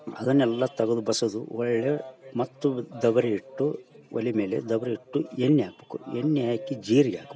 ಅದನ್ನೆಲ್ಲ ತಗದು ಬಸದು ಒಳ್ಳೆಯ ಮತ್ತು ದಬರಿ ಇಟ್ಟು ಒಲಿಮೇಲೆ ದಬರಿ ಇಟ್ಟು ಎಣ್ಣೆ ಹಾಕ್ಬಕು ಎಣ್ಣೆ ಹಾಕಿ ಜೀರಿಗಿ ಹಾಕ್ಬಕು